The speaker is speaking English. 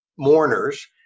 mourners